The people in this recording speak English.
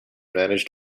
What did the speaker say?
managed